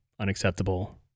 unacceptable